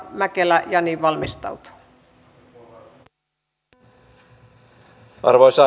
arvoisa rouva puhemies